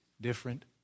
different